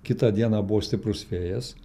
kitą dieną buvo stiprus vėjas